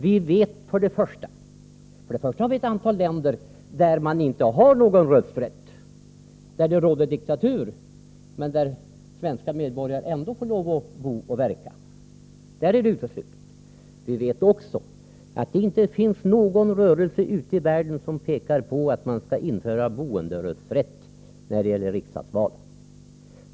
Vi vet att det i ett antal länder inte Vissa frågor på det Vissa frågor på det finns någon rösträtt, därför att där råder diktatur. Men svenska medborgare måste ändå bo och verka där. Vi vet också att det inte finns någon rörelse ute i världen som verkar för att man skall införa boenderösträtt i riksdagsval.